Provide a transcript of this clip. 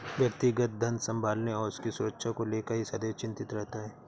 व्यक्ति धन संभालने और उसकी सुरक्षा को लेकर ही सदैव चिंतित रहता है